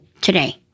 today